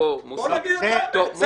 בואו נגיד את האמת.